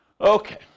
Okay